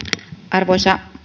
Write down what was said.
arvoisa